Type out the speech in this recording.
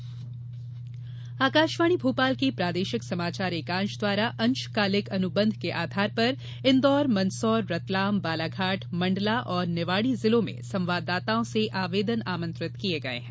अंशकालिक संवाददाता आकाशवाणी भोपाल के प्रादेशिक समाचार एकांश द्वारा अंशकालिक अनुबंध के आधार पर इन्दौर मंदसौर रतलाम बालाघाट मंडला और निवाड़ी जिलों में संवाददाताओं से आवेदन आमंत्रित किये गये हैं